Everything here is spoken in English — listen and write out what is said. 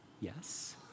Yes